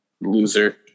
Loser